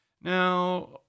Now